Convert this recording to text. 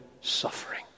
suffering